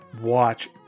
watch